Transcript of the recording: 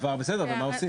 בסדר, אבל מה עושים?